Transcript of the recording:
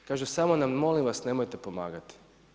Kažu – samo nam molim vas nemojte pomagati.